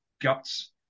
guts